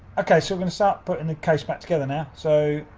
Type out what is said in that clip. okay, so we're gonna start puttin' the case back together now. so,